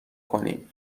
کنیم